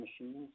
machines